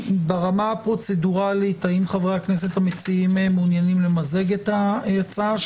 ברמה הפרוצדורלית האם חברי הכנסת המציעים מעוניינים למזג את ההצעה?